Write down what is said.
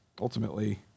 ultimately